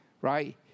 right